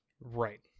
Right